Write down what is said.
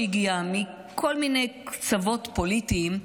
שהגיע מכל מיני קצוות פוליטיים,